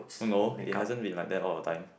no no it hasn't been like that all the time